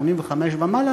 85 ומעלה,